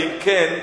ואם כן,